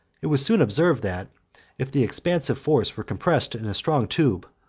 it was soon observed, that if the expansive force were compressed in a strong tube,